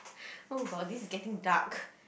oh god this is getting dark